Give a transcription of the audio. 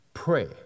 Pray